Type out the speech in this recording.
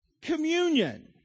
communion